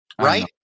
Right